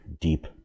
deep